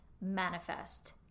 manifest